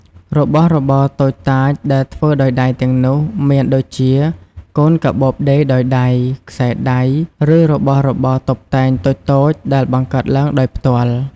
របស់របរតូចតាចដែលធ្វើដោយដៃទាំងនោះ មានដូចជា កូនកាបូបដេរដោយដៃ ខ្សែដៃ ឬរបស់របរតុបតែងតូចៗដែលបង្កើតឡើងដោយផ្ទាល់។